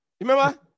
Remember